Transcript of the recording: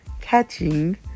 catching